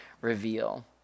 reveal